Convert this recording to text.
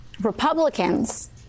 Republicans